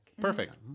perfect